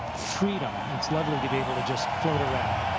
freedom. it's lovely to be able to just float around.